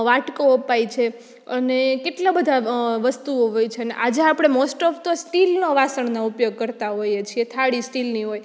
વાટકો અપાય છે અને કેટલાં બધાં વસ્તુઓ હોય છે અને આજે આપણે મોસ્ટ ઓફ તો સ્ટીલનો વાસણના ઉપયોગ કરતાં હોઈએ છીએ થાળી સ્ટીલની હોય